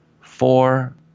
four